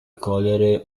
cogliere